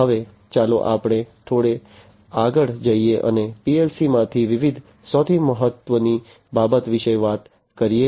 હવે ચાલો આપણે થોડે આગળ જઈએ અને પીએલસીમાં થતી વિવિધ સૌથી મહત્વની બાબત વિશે વાત કરીએ